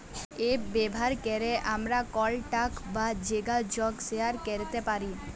app ব্যাভার ক্যরে আমরা কলটাক বা জ্যগাজগ শেয়ার ক্যরতে পারি